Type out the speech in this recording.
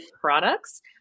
products